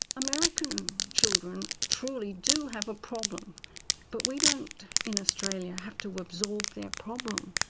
american children truly do have a problem but we don't in australia have to absorb their problem.